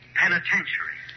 penitentiary